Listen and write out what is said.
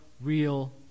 real